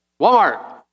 Walmart